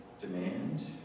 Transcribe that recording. Demand